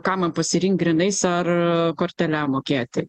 ką man pasirinkt grynais ar kortele mokėti